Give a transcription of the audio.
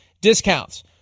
discounts